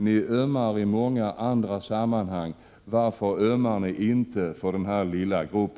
Ni ömmar i andra sammanhang för människor med problem. Varför ömmar ni inte för denna lilla grupp?